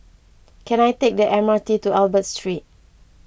can I take the M R T to Albert Street